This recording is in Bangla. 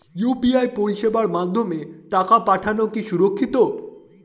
ইউ.পি.আই পরিষেবার মাধ্যমে টাকা পাঠানো কি সুরক্ষিত?